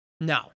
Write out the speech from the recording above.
No